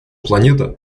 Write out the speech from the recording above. планета